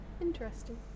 interesting